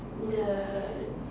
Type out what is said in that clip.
the